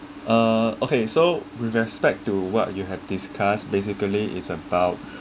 ah okay so we've aspect to what you have discussed basically it's about